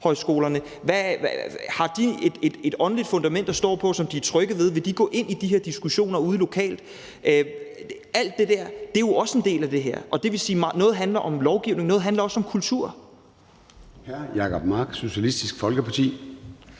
Har de et åndeligt fundament at stå på, som de er trygge ved? Vil de gå ind i de her diskussioner ude lokalt? Alt det der er jo også en del af det, og det vil sige, at noget handler om lovgivning, og at noget også handler